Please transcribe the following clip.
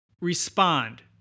respond